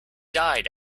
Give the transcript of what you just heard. died